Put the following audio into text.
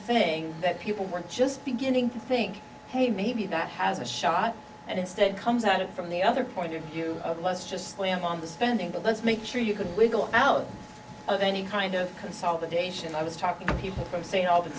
thing that people were just beginning to think hey maybe that has a shot and instead comes out of from the other point of view of let's just slam on the spending but let's make sure you could wiggle out of any kind of consolidation i was talking to people from saying all the